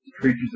creatures